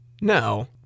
No